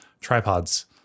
Tripods